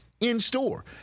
in-store